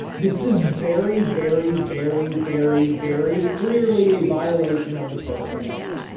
this is very, very, very, very, very clearly a violation of the first amendment.